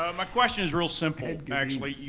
um my question is real simple, actually.